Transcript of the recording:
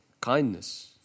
kindness